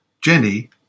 Jenny